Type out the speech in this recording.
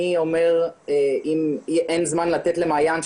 אם אין זמן לתת למעין לדבר,